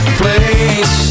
place